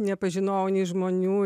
nepažinojau nei žmonių